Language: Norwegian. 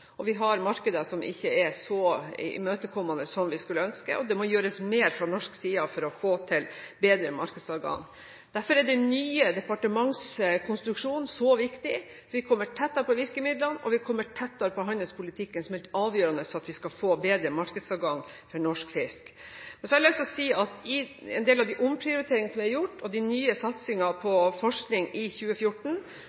og vi har markeder som ikke er så imøtekommende som vi skulle ønske, og det må gjøres mer fra norsk side for å få til bedre markedsadgang. Derfor er den nye departementskonstruksjonen så viktig – vi kommer tettere på virkemidlene, og vi kommer tettere på handelspolitikken, som er helt avgjørende for at vi skal få bedre markedsadgang for norsk fisk. Så har jeg lyst til å si at i en del av de omprioriteringene som vi har gjort, og i den nye satsingen på